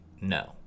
no